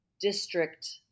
district